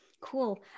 Cool